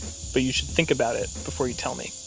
so you should think about it before you tell me,